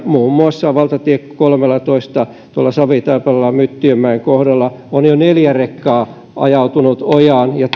muun muassa valtatie kolmellatoista tuolla savitaipaleella myttiönmäen kohdalla on jo neljä rekkaa ajautunut ojaan ja